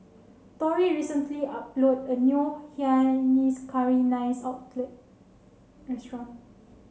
Torrey recently a new Hainanese Curry Nice Restaurant